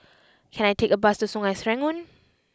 can I take a bus to Sungei Serangoon